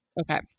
Okay